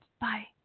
Bye